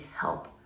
help